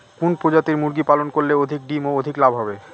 কোন প্রজাতির মুরগি পালন করলে অধিক ডিম ও অধিক লাভ হবে?